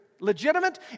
legitimate